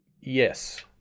yes